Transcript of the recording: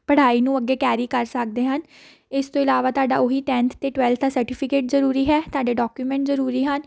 ਪੜ੍ਹਾਈ ਨੂੰ ਅੱਗੇ ਕੈਰੀ ਕਰ ਸਕਦੇ ਹਨ ਇਸ ਤੋਂ ਇਲਾਵਾ ਤੁਹਾਡਾ ਉਹ ਹੀ ਟੈਂਨਥ ਅਤੇ ਟਵੈਲਥ ਦਾ ਸਰਟੀਫਿਕੇਟ ਜ਼ਰੂਰੀ ਹੈ ਤੁਹਾਡੇ ਡਾਕੂਮੈਂਟ ਜ਼ਰੂਰੀ ਹਨ